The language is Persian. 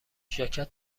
ژاکت